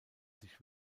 sich